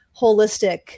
holistic